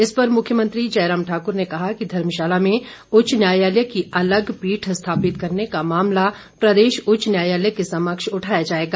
इस पर मुख्यमंत्री जयराम ठाकूर ने कहा कि धर्मशाला में उच्च न्यायालय की अलग पीठ स्थापित करने का मामला प्रदेश उच्च न्यायालय के समक्ष उठाया जाएगा